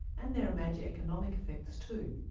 and there are major economic effects too,